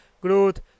growth